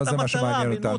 זה לא מה שעניין אותנו,